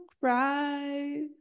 cry